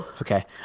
Okay